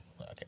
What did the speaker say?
okay